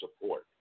support